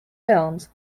films